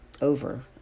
over